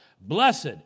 Blessed